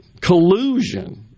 collusion